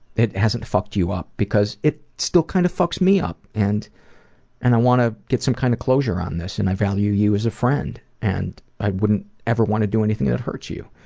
it hasn't fucked you up because it still kind of fucks me up, and and i want to get some kind of closure on this. and, i value you as a friend and i wouldn't ever want to do anything that hurts you.